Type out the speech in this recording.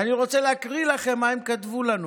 ואני רוצה להקריא לכם מה הם כתבו לנו.